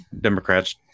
Democrats